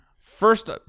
First